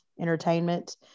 Entertainment